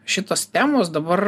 šitos temos dabar